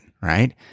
right